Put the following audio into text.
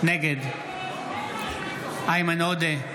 נגד איימן עודה,